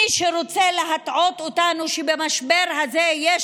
מי שרוצה להטעות אותנו שבמשבר הזה יש